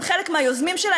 הם חלק מהיוזמים שלה,